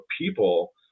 people